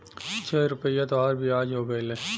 छह रुपइया तोहार बियाज हो गएल